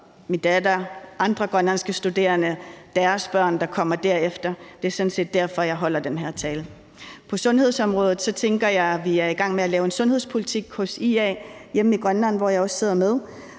og andre grønlandske studerende og deres børn, der kommer efter, at jeg sådan set holder den her tale. På sundhedsområdet tænker jeg at vi er i gang med at lave en sundhedspolitik hos IA hjemme i Grønland, hvor jeg også sidder med.